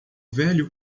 velho